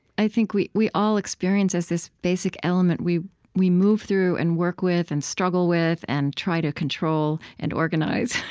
i think, we we all experience as this basic element we we move through and work with and struggle with and try to control and organize,